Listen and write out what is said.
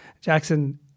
Jackson